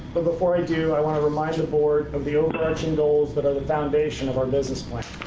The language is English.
but before i do, i want to remind the board of the overarching goals that are the foundation of our business plan.